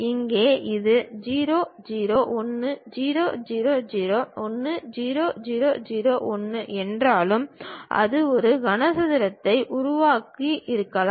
இங்கே இது 0 0 1 0 0 0 1 0 0 0 1 என்றாலும் அது ஒரு கனசதுரத்தை உருவாக்கி இருக்கலாம்